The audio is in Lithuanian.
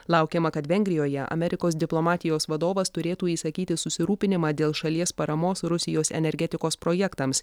laukiama kad vengrijoje amerikos diplomatijos vadovas turėtų išsakyti susirūpinimą dėl šalies paramos rusijos energetikos projektams